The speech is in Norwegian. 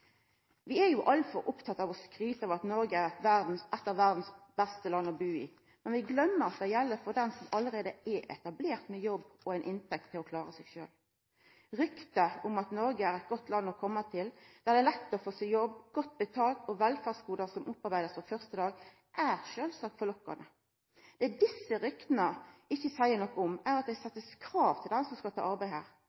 Vi er altfor opptekne av å skryta av at Noreg er eitt av verdas beste land å bu i, men vi gløymer at det gjeld for dei som allereie er etablerte med jobb, og som har ei inntekt som ein kan klara seg på. Ryktet om at Noreg er eit godt land å koma til, der det er lett å få seg jobb, der jobben er godt betalt, og der det er velferdsgode ein opparbeider seg frå første dag, er sjølvsagt forlokkande. Det desse rykta ikkje seier noko om, er at det